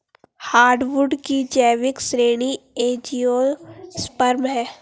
hardwood की जैविक श्रेणी एंजियोस्पर्म है